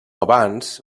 abans